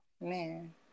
man